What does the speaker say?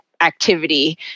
activity